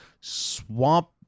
swamp